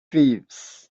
thieves